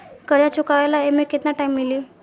कर्जा चुकावे ला एमे केतना टाइम मिली?